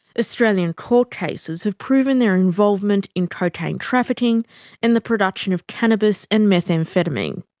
australian court cases have proven their involvement in cocaine trafficking and the production of cannabis and methamphetamine.